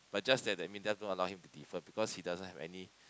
but just that that Mindef doesn't allow him to defer because he doesn't have any